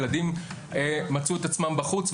ילדים מצאו את עצמם בחוץ,